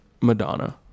Madonna